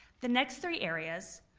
the next three areas,